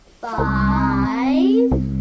five